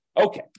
Okay